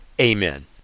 Amen